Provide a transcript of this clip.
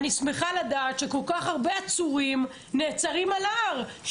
שמחה לדעת שכל כך הרבה עצורים נעצרים על ההר.